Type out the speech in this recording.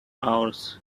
hours